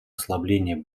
ослабления